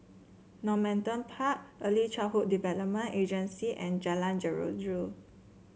Normanton Park Early Childhood Development Agency and Jalan Jeruju